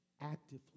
actively